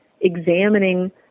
examining